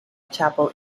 chapel